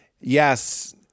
yes